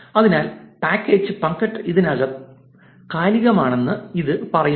അതിനാൽ പാക്കേജ് പങ്ക്ത്ത് ഇതിനകം കാലികമാണെന്നാണ് ഇത് പറയുന്നത്